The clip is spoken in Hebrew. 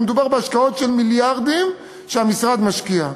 ומדובר בהשקעות של מיליארדים שהמשרד משקיע.